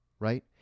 right